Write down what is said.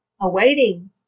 awaiting